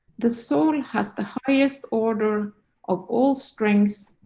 the soul has the highest order of all strengths,